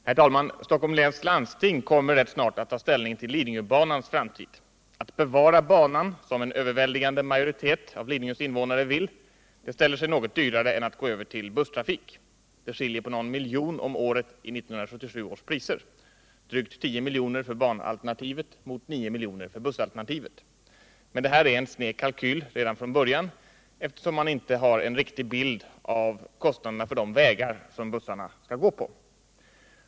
Herr talman! Stockholms läns landsting kommer rätt snart att ta ställning till Lidingöbanans framtid. Att bevara banan — som en överväldigande majoritet av Lidingös invånare vill — ställer sig något dyrare än att gå över till busstrafik. Det skiljer på någon miljon om året i 1977 års priser, drygt 10 miljoner för banalternativet mot 9 miljoner för bussalternativet. Men det här är en sned kalkyl redan från början, eftersom den inte ger en helt rättvisande bild av kostnaderna för de vägar som bussarna skall gå på.